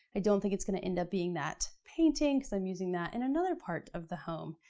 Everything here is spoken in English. i don't think it's going to end up being that painting cause i'm using that in another part of the home.